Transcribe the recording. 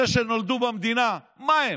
אלה שנולדו במדינה, מה הם,